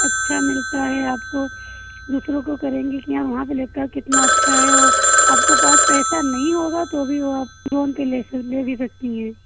अच्छा मिलता है आपको दूसरों को करेंगी कि हाँ वहाँ पे लेप्टोप कितना अच्छा है और आपको पास पैसा नहीं होगा तो भी वो आप लोन पे ले ले भी सकती हैं